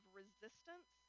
resistance